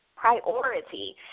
priority